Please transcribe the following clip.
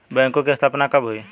बैंकों की स्थापना कब हुई?